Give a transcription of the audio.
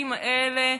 בחוקים האלה,